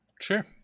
Sure